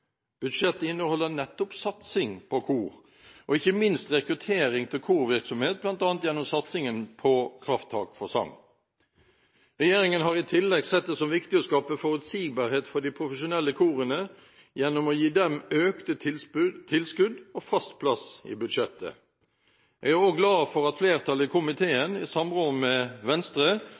budsjettet nøye. Budsjettet inneholder nettopp satsing på kor, ikke minst rekruttering til korvirksomhet, bl.a. gjennom satsingen på Krafttak for sang. Regjeringen har i tillegg sett det som viktig å skape forutsigbarhet for de profesjonelle korene gjennom å gi dem økte tilskudd og fast plass i budsjettet. Jeg er også glad for at flertallet i komiteen, i samråd med Venstre,